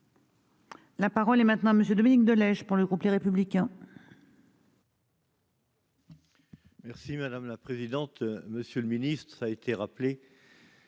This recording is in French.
La parole est maintenant Monsieur Dominique de Lège pour le groupe Les Républicains.